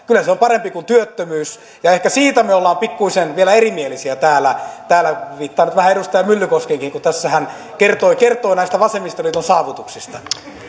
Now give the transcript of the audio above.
kyllä se on parempi kuin työttömyys ja ehkä siitä me olemme pikkuisen vielä erimielisiä täällä täällä viittaan nyt vähän edustaja myllykoskeenkin kun tässä hän kertoi näistä vasemmistoliiton saavutuksista